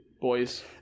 boys